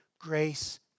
grace